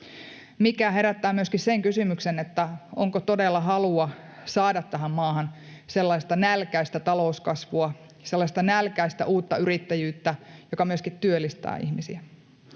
mikä herättää myöskin sen kysymyksen, onko todella halua saada tähän maahan sellaista nälkäistä talouskasvua, sellaista nälkäistä uutta yrittäjyyttä, joka myöskin työllistää ihmisiä.